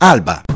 Alba